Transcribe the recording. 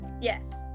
Yes